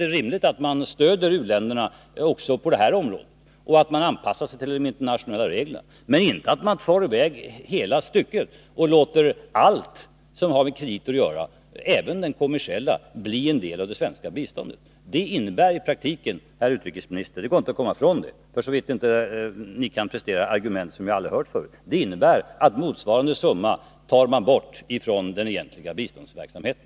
Det är rimligt att stödja u-länderna också på det här området och att anpassa sig till de internationella reglerna. Men det är inte rimligt att låta allt som har med krediter att göra, alltså även den kommersiella verksamheten, bli en del av det svenska biståndet. Det innebär i praktiken, herr utrikesminister — detta går inte att komma ifrån, för så vitt ni inte kan prestera argument som vi inte har hört — att motsvarande summa tas bort från den egentliga biståndsverksamheten.